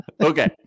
okay